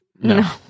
No